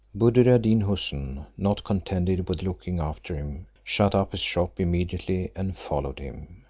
buddir ad deen houssun, not contented with looking after him, shut up his shop immediately, and followed him.